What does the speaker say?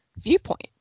viewpoint